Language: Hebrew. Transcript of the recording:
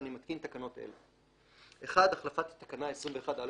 אני מתקין תקנות אלה: החלפת תקנה 21א